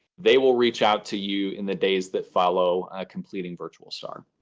they will reach out to you in the days that follow completing virtual star?